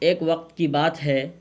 ایک وقت کی بات ہے